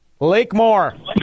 Lakemore